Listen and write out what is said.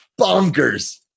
bonkers